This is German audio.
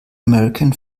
american